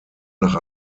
nach